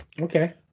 Okay